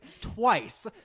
twice